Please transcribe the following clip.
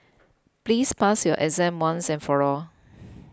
please pass your exam once and for all